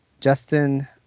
Justin